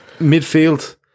Midfield